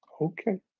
okay